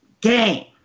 game